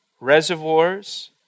reservoirs